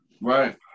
right